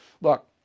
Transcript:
Look